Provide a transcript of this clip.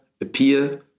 appear